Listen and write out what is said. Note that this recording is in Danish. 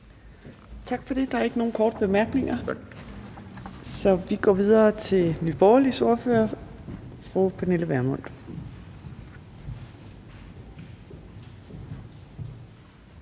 Tak for det. Der er ikke nogen korte bemærkninger, så vi går videre til Nye Borgerliges ordfører, fru Pernille Vermund.